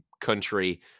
country